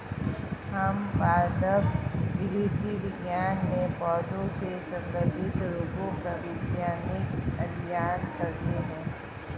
हम पादप विकृति विज्ञान में पौधों से संबंधित रोगों का वैज्ञानिक अध्ययन करते हैं